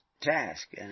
task